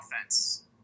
offense